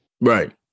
Right